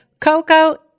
Coco